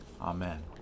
Amen